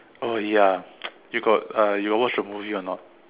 oh ya you got uh you got watch the movie or not